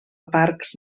parcs